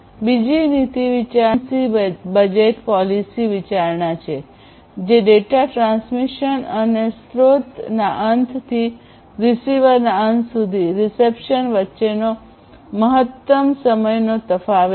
બીજી નીતિ વિચારણા એ લેટન્સી બજેટ પોલિસી વિચારણા છે જે ડેટા ટ્રાન્સમિશન અને સ્ત્રોત અંતથી રીસીવર અંત સુધી રિસેપ્શન વચ્ચેનો મહત્તમ સમયનો તફાવત છે